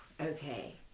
Okay